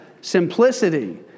simplicity